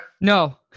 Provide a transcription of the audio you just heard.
No